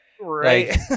Right